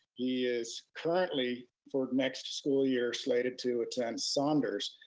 he is currently, for next school year, slated to attend saunders,